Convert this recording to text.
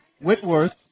Whitworth